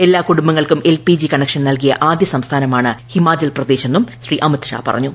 എല്ലാ കുടുംബങ്ങൾക്കും L P G connection നൽകിയ ആദ്യ സംസ്ഥാനമാണ് കൃിഹിമാചൽ പ്രദേശെന്ന് ശ്രീ അമിത് ഷാ പറഞ്ഞു